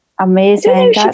Amazing